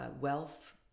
Wealth